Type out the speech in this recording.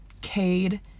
Cade